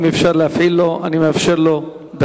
אם אפשר להפעיל את המיקרופון, אני מאפשר לו דקה.